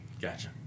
Gotcha